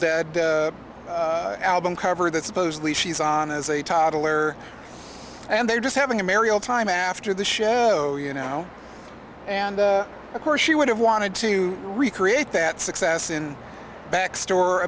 dead album cover that supposedly she's on as a toddler and they're just having a mariel time after the show you know and of course she would have wanted to recreate that success in back store